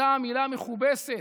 אותה מילה מכובסת,